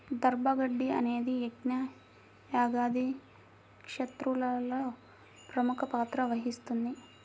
దర్భ గడ్డి అనేది యజ్ఞ, యాగాది క్రతువులలో ప్రముఖ పాత్ర వహిస్తుంది